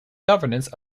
governance